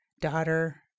daughter